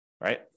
right